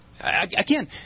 Again